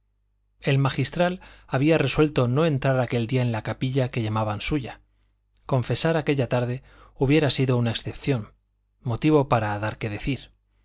el magistral había resuelto no entrar aquel día en la capilla que llamaban suya confesar aquella tarde hubiera sido una excepción motivo para dar que decir